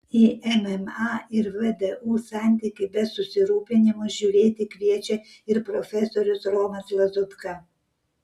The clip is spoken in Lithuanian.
į mma ir vdu santykį be susirūpinimo žiūrėti kviečia ir profesorius romas lazutka